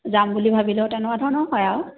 যাম বুলি ভাবিলেও তেনেকুৱা ধৰণৰ হয় আৰু